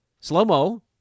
Slow-mo